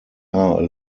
are